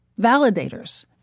validators